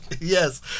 Yes